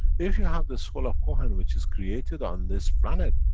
if you have the soul of cohn, which is created on this planet,